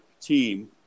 team